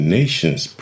nations